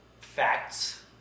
facts